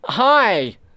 Hi